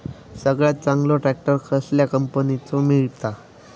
सगळ्यात चांगलो ट्रॅक्टर कसल्या कंपनीचो मिळता?